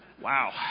Wow